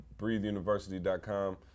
breatheuniversity.com